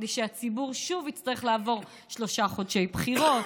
כדי שהציבור שוב יצטרך לעבור שלושה חודשי בחירות,